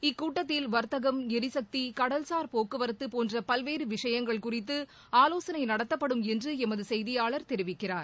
இக்கூட்டத்தில் வாத்தகம் ளிசக்தி கடல்சார் போக்குவரத்து போன்ற பல்வேறு விஷயங்கள் குறித்து ஆலோசனை நடத்தப்படும் என்று எமது செய்தியாளர் தெரிவிக்கிறார்